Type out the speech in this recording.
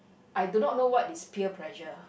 I do not know what is peer pressure